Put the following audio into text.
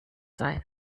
sein